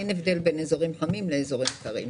אין הבדל בין אזורים חמים לאזורים קרים.